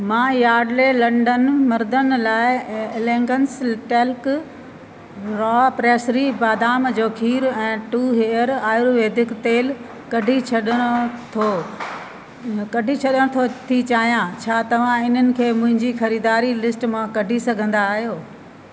मां Yardley London मर्दनि लाइ एलेगंस टैल्क रॉ प्रेस्सेरी बादाम जो खीर ऐं टू हेयर आयुर्वेदिक तेल कढी छॾण थो कढी छॾण थो थी चाहियां छा तव्हां इन्हनि खे मुंहिंजी ख़रीदारी लिस्ट मां कढी सघंदा आहियो